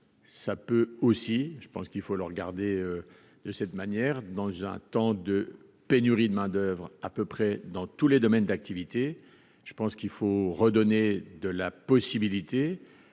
ça peut aussi je pense qu'il faut le regarder de cette manière dans un temps de pénurie de main-d'oeuvre à peu près dans tous les domaines d'activité, je pense qu'il faut redonner de la possibilité